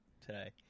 today